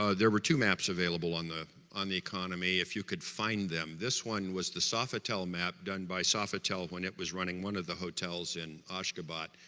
ah there were two maps available on the on the economy if you could find them this one was the sofitel map done by sofitel when it was running one of the hotels in ashgabat.